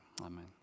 amen